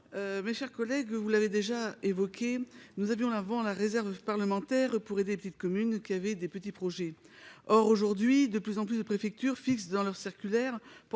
mes chers collègues, vous l'avez déjà évoqué, nous avions avant la réserve parlementaire pourrait des petites communes qui avaient des petits projets, or aujourd'hui de plus en plus de préfecture fixe dans leurs circulaires portant